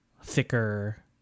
thicker